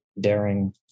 Daring